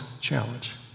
challenge